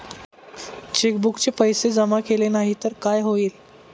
चेकबुकचे पैसे जमा केले नाही तर काय होईल?